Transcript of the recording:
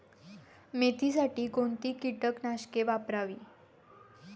मेथीसाठी कोणती कीटकनाशके वापरावी?